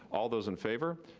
all those in favor?